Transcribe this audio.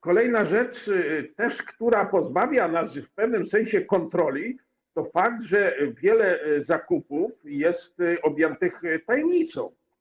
Kolejna rzecz, która pozbawia nas też w pewnym sensie kontroli, to fakt, że wiele zakupów jest objętych tajemnicą.